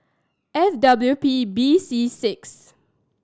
F W P B C six